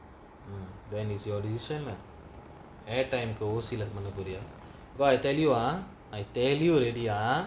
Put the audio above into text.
when is your decision lah air time go sealant monopoly here but I tell you ah I tell you already ah